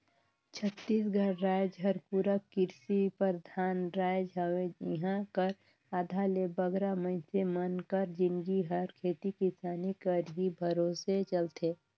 छत्तीसगढ़ राएज हर पूरा किरसी परधान राएज हवे इहां कर आधा ले बगरा मइनसे मन कर जिनगी हर खेती किसानी कर ही भरोसे चलथे